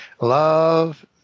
Love